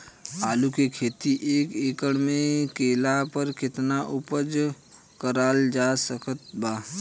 आलू के खेती एक एकड़ मे कैला पर केतना उपज कराल जा सकत बा?